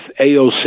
aoc